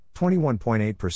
21.8%